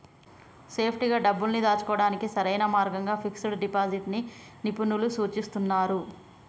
సేఫ్టీగా డబ్బుల్ని దాచుకోడానికి సరైన మార్గంగా ఫిక్స్డ్ డిపాజిట్ ని నిపుణులు సూచిస్తున్నరు